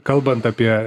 kalbant apie